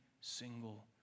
single